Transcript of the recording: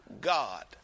God